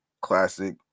classic